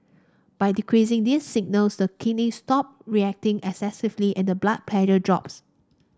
by decreasing these signals the kidney stop reacting excessively and the blood pressure drops